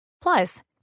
Plus